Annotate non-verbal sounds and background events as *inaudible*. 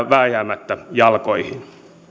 *unintelligible* vääjämättä jalkoihin